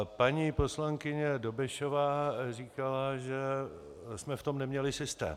Paní poslankyně Dobešová říkala, že jsme v tom neměli systém.